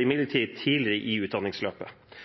imidlertid tidlig i utdanningsløpet. Søkertallene fra Samordna opptak viser at det